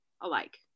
alike